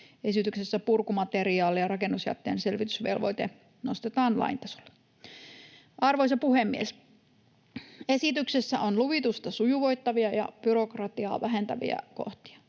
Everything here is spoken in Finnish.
Esityksessä purkumateriaali- ja rakennusjätteen selvitysvelvoite nostetaan lain tasolle. Arvoisa puhemies! Esityksessä on luvitusta sujuvoittavia ja byrokratiaa vähentäviä kohtia.